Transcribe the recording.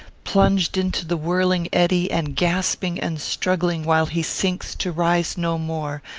plunged into the whirling eddy, and gasping and struggling while he sinks to rise no more,